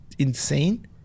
Insane